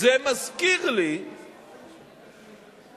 זה מזכיר לי שגם